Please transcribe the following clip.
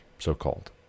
so-called